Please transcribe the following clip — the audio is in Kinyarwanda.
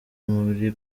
muri